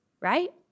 right